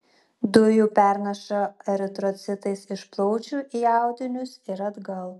dujų pernaša eritrocitais iš plaučių į audinius ir atgal